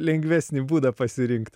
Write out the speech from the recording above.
lengvesnį būdą pasirinkt